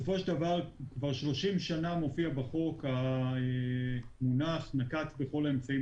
כבר 30 שנה מופיע בחוק המונח "נקט בכל האמצעים